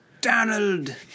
Donald